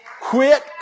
quit